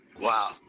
Wow